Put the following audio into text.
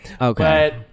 Okay